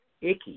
icky